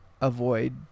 avoid